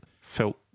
felt